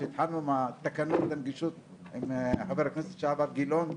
כשהתחלנו עם תקנות הנגישות עם חבר הכנסת לשעבר גילון,